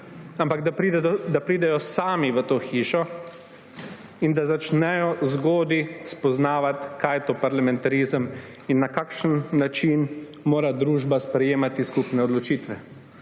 ampak da pridejo sami v to hišo in da začnejo zgodaj spoznavati, kaj je to parlamentarizem in na kakšen način mora družba sprejemati skupne odločitve.